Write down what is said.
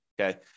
okay